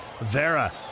Vera